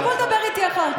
תבוא ותדבר איתי אחר כך.